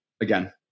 Again